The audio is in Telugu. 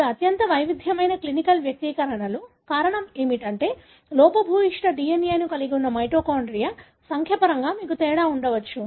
ఇవి అత్యంత వైవిధ్యమైన క్లినికల్ వ్యక్తీకరణలు కారణం ఏమిటంటే లోపభూయిష్ట DNA కలిగి ఉన్న మైటోకాండ్రియా సంఖ్య పరంగా మీకు తేడా ఉండవచ్చు